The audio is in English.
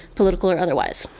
political or otherwise.